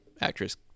Actress